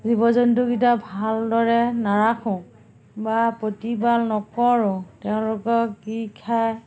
জীৱ জন্তুকিটা ভালদৰে নাৰাখোঁ বা প্ৰতিপাল নকৰোঁ তেওঁলোকক কি খায়